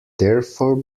therefore